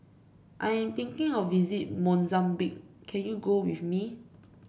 I am thinking of visiting Mozambique can you go with me